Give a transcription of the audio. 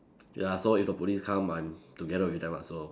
ya so if the police come I'm together with them lah so